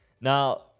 now